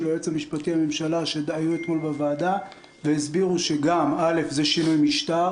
היועץ המשפטי לממשלה שהיה אתמול בוועדה והסבירו שזה גם שינוי משטר,